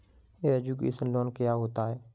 Education loan क्या होता है?